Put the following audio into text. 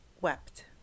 wept